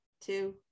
two